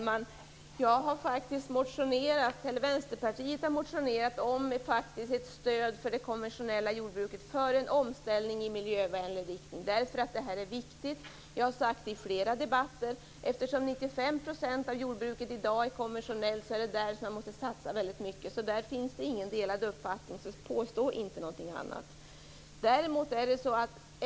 Fru talman! Vänsterpartiet har faktiskt motionerat om ett stöd för det konventionella jordbruket för en omställning i miljövänlig riktning därför att det är viktigt, det har jag sagt i flera debatter. Eftersom 95 % av jordbruket i dag är konventionellt är det där man måste satsa väldigt mycket. Där finns det inga delade meningar, så påstå inte någonting annat!